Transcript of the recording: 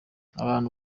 abantu